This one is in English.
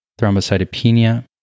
thrombocytopenia